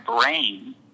brain